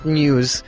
news